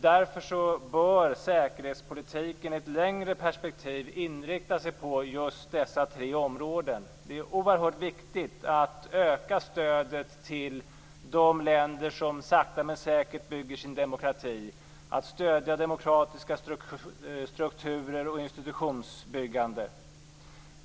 Därför bör säkerhetspolitiken i ett längre perspektiv inrikta sig på just dessa tre områden. Det är oerhört viktigt att öka stödet till de länder som sakta men säkert bygger upp sin demokrati och att stödja demokratiska strukturer och institutionsbyggande.